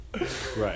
Right